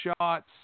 shots